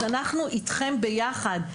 אז אנחנו איתכם ביחד,